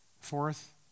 Fourth